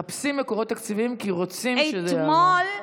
מחפשים מקורות תקציביים כי רוצים שזה יעבור.